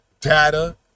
data